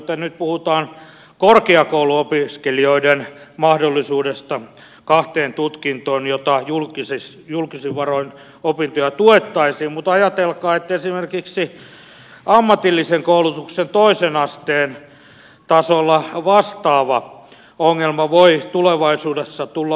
nyt puhutaan korkeakouluopiskelijoiden mahdollisuudesta kahteen tutkintoon joita opintoja julkisin varoin tuettaisiin mutta ajatelkaa että esimerkiksi ammatillisen koulutuksen toisen asteen tasolla vastaava ongelma voi tulevaisuudessa tulla myös eteen